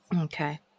Okay